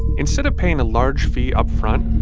instead of paying a large fee upfront,